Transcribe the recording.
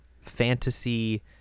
Fantasy